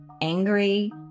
angry